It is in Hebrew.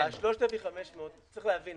צריך להבין.